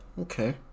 okay